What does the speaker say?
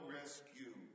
rescue